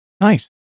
Nice